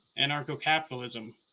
Anarcho-Capitalism